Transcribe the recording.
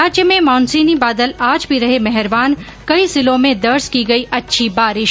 राज्य में मानसूनी बादल आज भी रहे मेहरबान कई जिलों में दर्ज की गई अच्छी बारिश